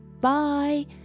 bye